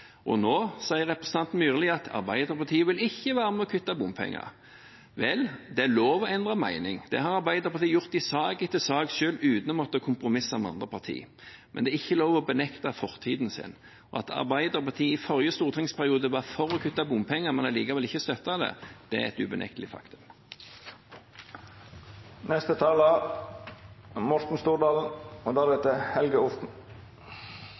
Nå sier representanten Myrli at Arbeiderpartiet ikke vil være med og kutte bompenger. Vel, det er lov å endre mening – det har Arbeiderpartiet gjort i sak etter sak, selv uten å måtte kompromisse med andre partier – men det er ikke lov å benekte fortiden sin. At Arbeiderpartiet i forrige stortingsperiode var for å kutte bompenger, men likevel ikke støttet det, er et unektelig faktum. Det er interessant når representanten Sverre Myrli fra Arbeiderpartiet mener at Fremskrittspartiet skaper mye spill og